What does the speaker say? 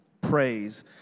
praise